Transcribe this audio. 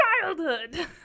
childhood